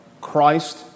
Christ